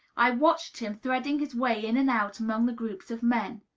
i watched him threading his way in and out among the groups of men.